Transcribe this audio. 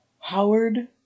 Howard